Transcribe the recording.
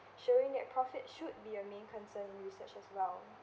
showing net profit should be a main concern with research as well